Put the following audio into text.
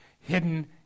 hidden